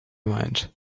mind